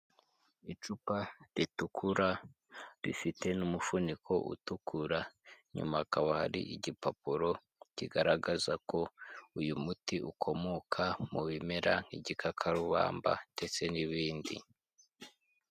Icupa ritukura rifite n'umufuniko utukura, inyuma hakaba hari igipapuro kigaragaza ko uyu muti ukomoka mu bimera nk'igikakarubamba ndetse n'ibindi.